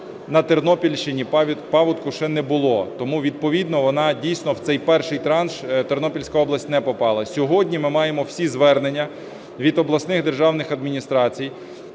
на Тернопільщині паводку ще не було, тому відповідно вона дійсно в цей перший транш Тернопільська область не попала. Сьогодні ми маємо всі звернення від обласних державних адміністрацій,